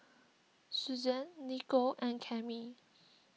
Susann Niko and Cami